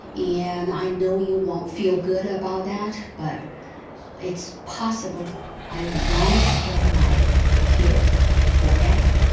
yeah and i know you won't feel good about that, but it's possible i won't tell my kid forever.